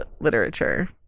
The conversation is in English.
literature